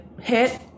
hit